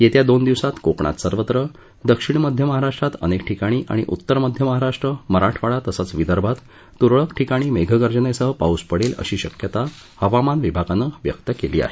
येत्या दोन दिवसात कोकणात सर्वत्र दक्षिण मध्य महाराष्ट्रात अनेक ठिकाणी आणि उत्तर मध्य महाराष्ट्र मराठवाडा तसंच विदर्भात तुरळक ठिकाणी मेघगर्जनेसह पाऊस पडेल अशी शक्यता हवामान विभागानं व्यक्त केली आहे